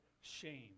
shame